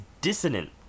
dissonant